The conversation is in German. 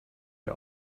wir